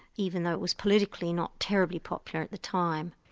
even though it was politically not terribly popular at the time.